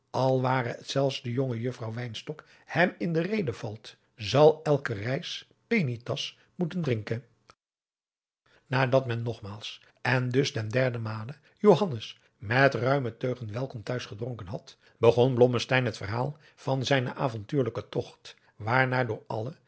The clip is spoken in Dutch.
al ware het zelfs de jonge juffrouw wynstok hem in de rede valt zal elke reis penitas moeten drinken nadat men nogmaals en dus ten derde male johannes met ruime teugen welkom t'huis gedronken had begon blommesteyn het verhaal van zijnen avontuurlijken togt waar naar door alle